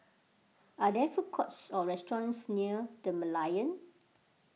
are there food courts or restaurants near the Merlion